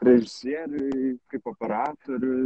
režisieriui kaip operatoriui